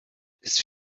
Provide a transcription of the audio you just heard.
ist